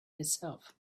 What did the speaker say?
itself